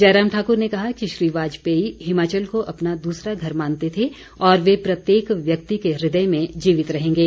जयराम ठाक्र ने कहा कि श्री वाजपेयी हिमाचल को अपना दूसरा घर मानते थे और वे प्रत्येक व्यक्ति के हृदय में जीवित रहेंगे